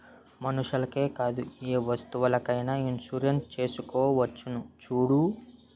మనుషులకే కాదే ఏ వస్తువులకైన ఇన్సురెన్సు చేసుకోవచ్చును చూడూ